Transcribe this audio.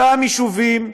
אותם יישובים,